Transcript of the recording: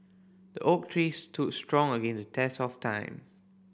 the oak tree stood strong against the test of time